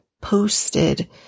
posted